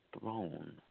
throne